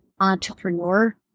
entrepreneur